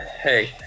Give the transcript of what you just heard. hey